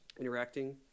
interacting